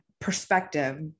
perspective